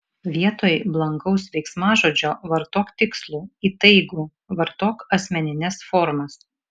vietoj blankaus veiksmažodžio vartok tikslų įtaigų vartok asmenines formas